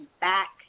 back